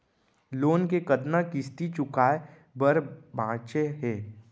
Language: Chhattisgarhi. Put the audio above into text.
लोन के कतना किस्ती चुकाए बर बांचे हे?